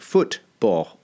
Football